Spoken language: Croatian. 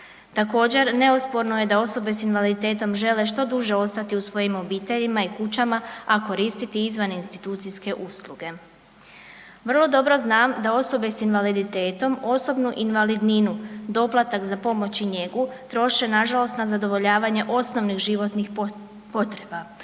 Također, neosporno je da osobe s invaliditetom žele što duže ostati u svojim obiteljima i kućama, a koristiti izvan institucijske usluge. Vrlo dobro znam da osobe s invaliditetom osobnu invalidninu, doplatak za pomoć i njegu troše nažalost na zadovoljavanje osnovnih životnih potreba,